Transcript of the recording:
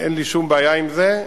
אין לי שום בעיה עם זה,